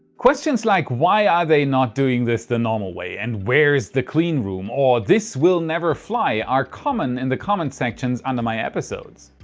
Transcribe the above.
questions like why are they not doing this the normal way and where's the clean room or this will never fly are common in the comment sections under my episodes.